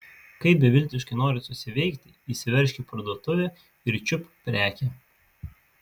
kai beviltiškai nori susiveikti įsiveržk į parduotuvę ir čiupk prekę